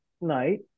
night